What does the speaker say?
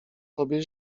tobie